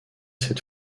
cette